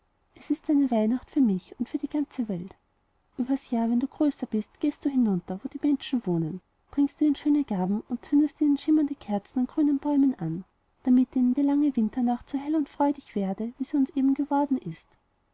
es ist eine weihnacht für mich und für die ganze welt übers jahr wenn du größer bist gehst du hinunter wo die menschen wohnen bringst ihnen schöne gaben und zündest ihnen schimmernde kerzen an grünen bäumen an damit ihnen die lange winternacht so hell und freudig werde wie sie eben uns geworden ist